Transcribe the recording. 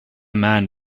man